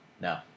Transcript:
No